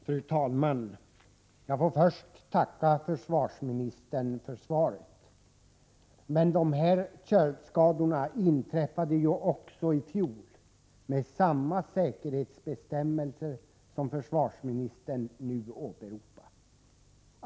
Fru talman! Jag får först tacka försvarsministern för svaret. Köldskador inträffade också i fjol, trots de säkerhetsbestämmelser som försvarsministern nu åberopar.